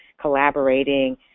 collaborating